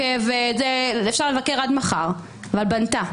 אפשר לבקר עד מחר אבל בנתה.